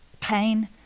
pain